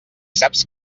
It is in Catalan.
saps